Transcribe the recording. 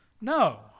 No